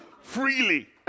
freely